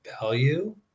value